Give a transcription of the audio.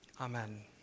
Amen